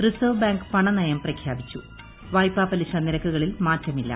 reserve Bank പണനയം പ്രഖ്യാപിച്ച്ചു വായ്പാ പലിശ നിരക്കുകളിൽ മാറ്റമില്ല